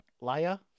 Laya